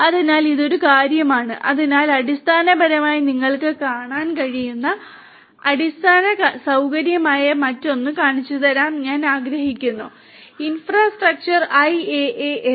അതിനാൽ ഇത് ഒരു കാര്യമാണ് അതിനാൽ അടിസ്ഥാനപരമായി നിങ്ങൾക്ക് കാണാൻ കഴിയുന്ന അടിസ്ഥാന സൌകര്യമായ മറ്റൊന്ന് കാണിച്ചുതരാനും ഞാൻ ആഗ്രഹിക്കുന്നു ഇൻഫ്രാസ്ട്രക്ചർ IaaS